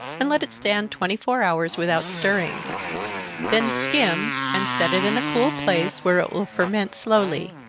and let it stand twenty-four hours, without stirring then skim and set it in a cool place, where it will ferment slowly.